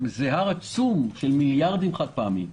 זה הר עצום של מיליארדים חד-פעמית,